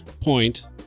point